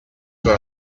for